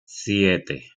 siete